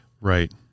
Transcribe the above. Right